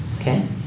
okay